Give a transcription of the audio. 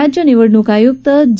राज्य निवडणूक आयुक्त ज